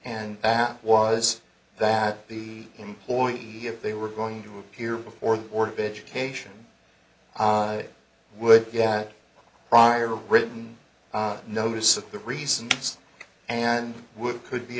and that was that the employee if they were going to appear before the board of education would prior to written notice of the reasons and would could be